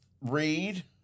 read